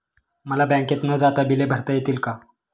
मला बँकेत न जाता बिले भरता येतील का?